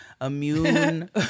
immune